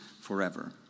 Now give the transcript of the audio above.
forever